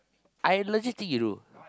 I legit think you do